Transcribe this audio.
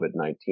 COVID-19